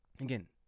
Again